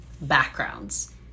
backgrounds